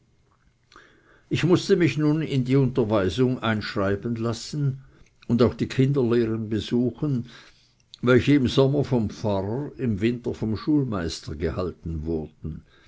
ich mußte mich nun in die unterweisung einschreiben lassen und auch die kinderlehren besuchen welche im sommer vom pfarrer im winter vom schulmeister gehalten wurden